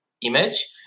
image